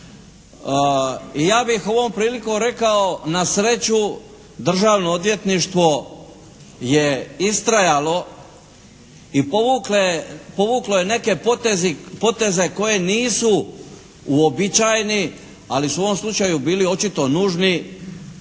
I ja bih ovom prilikom rekao na sreću Državno odvjetništvo je istrajalo i povuklo je neke poteze koje nisu uobičajeni ali su u ovom slučaju bili očito nužni